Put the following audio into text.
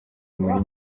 muri